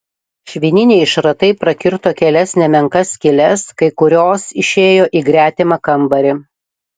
švininiai šratai prakirto kelias nemenkas skyles kai kurios išėjo į gretimą kambarį